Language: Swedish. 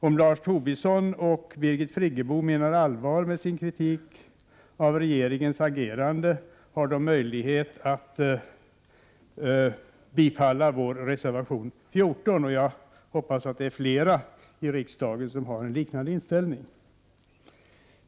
Om Lars Tobisson och Birgit Friggebo menar allvar med sin kritik av regeringens agerande har de möjlighet att bifalla vår reservation 14, och jag hoppas att det är fler i riksdagen som har en liknande inställning.